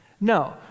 No